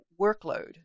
workload